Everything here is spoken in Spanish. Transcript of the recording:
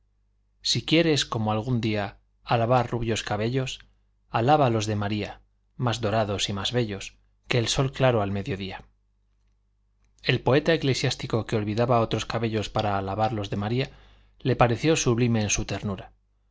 si quieres como algún día alabar rubios cabellos alaba los de maría más dorados y más bellos que el sol claro al mediodía el poeta eclesiástico que olvidaba otros cabellos para alabar los de maría le pareció sublime en su ternura